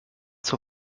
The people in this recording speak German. zur